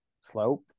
slope